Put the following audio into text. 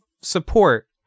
support